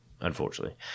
Unfortunately